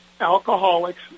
alcoholics